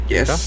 Yes